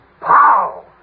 pow